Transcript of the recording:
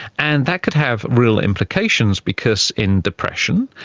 and that could have real implications because in depression,